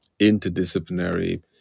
interdisciplinary